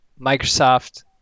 Microsoft